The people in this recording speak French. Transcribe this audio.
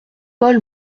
paul